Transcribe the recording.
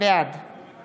בעד